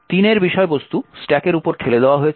3 এর বিষয়বস্তু স্ট্যাকের উপর ঠেলে দেওয়া হয়েছে